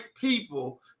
people